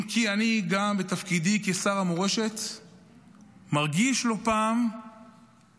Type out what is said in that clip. אם כי אני גם בתפקידי כשר המורשת מרגיש לא פעם שהסיפור